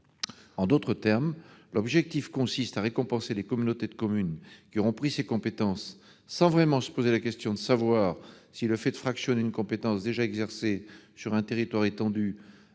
En d'autres termes, l'objectif consiste à récompenser les communautés de communes qui auront pris ces compétences, sans vraiment se poser la question de savoir si le fait de fractionner une compétence déjà exercée sur un territoire étendu